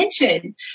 attention